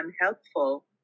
unhelpful